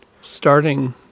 starting